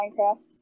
Minecraft